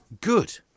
good